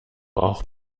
auch